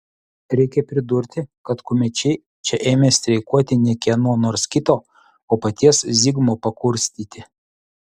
reikia pridurti kad kumečiai čia ėmė streikuoti ne kieno nors kito o paties zigmo pakurstyti